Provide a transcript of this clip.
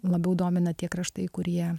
labiau domina tie kraštai kurie